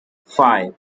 five